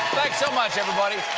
so much, everybody.